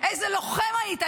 איזה לוחם היית,